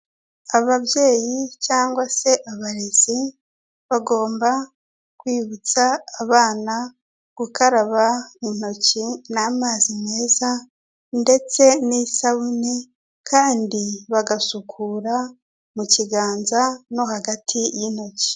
Ababyeyi cyangwa se abarezi, bagomba kwibutsa abana gukaraba intoki n'amazi meza ndetse n'isabune kandi bagasukura mu kiganza no hagati y'intoki.